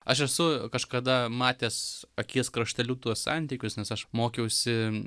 aš esu kažkada matęs akies krašteliu tuos santykius nes aš mokiausi